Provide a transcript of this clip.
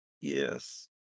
yes